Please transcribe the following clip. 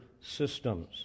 systems